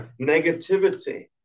negativity